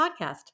Podcast